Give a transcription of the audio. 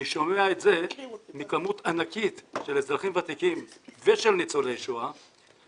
אני שומע את זה מכמות ענקית של אזרחים ותיקים ושל ניצולי שואה,